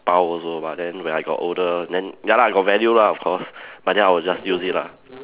bao also but then when I got older then ya lah got value lah of course but then I will just use it lah